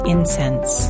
Incense